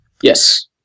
Yes